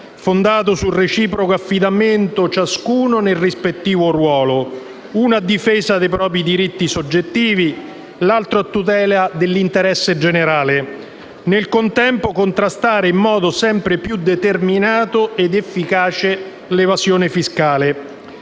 fondato sul reciproco affidamento, ciascuno nel rispettivo ruolo, uno a difesa dei propri diritti soggettivi, l'altro a tutela dell'interesse generale; nel contempo, si cerca di contrastare in modo sempre più determinato ed efficace l'evasione fiscale.